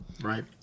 Right